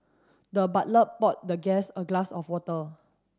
the butler poured the guest a glass of water